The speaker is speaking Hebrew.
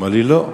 אמר לי: לא.